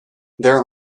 there